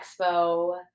expo